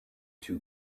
two